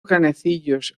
canecillos